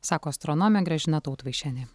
sako astronomė gražina tautvaišienė